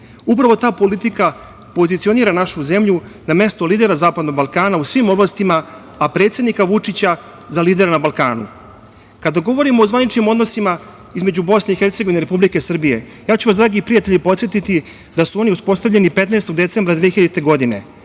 ta politika pozicionira našu zemlju na mesto lidera zapadnog Balkana, a predsednika Vučića za lidera na Balkanu. Kada govorimo o zvaničnim odnosima između BiH i Republike Srbije, ja ću vas, dragi prijatelji, podsetiti da su oni uspostavljeni 15. decembra 2000. godine,